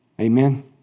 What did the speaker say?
Amen